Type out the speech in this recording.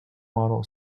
model